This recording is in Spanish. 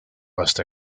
hasta